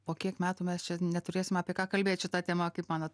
po kiek metų mes čia neturėsim apie ką kalbėt šita tema kaip manot